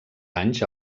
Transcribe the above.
anys